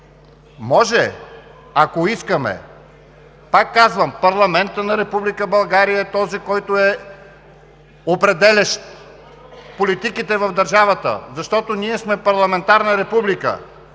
Може, ако искаме. Пак казвам, парламентът на Република България е този, който е определящ политиките в държавата, защото ние сме парламентарна република,